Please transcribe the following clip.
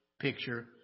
picture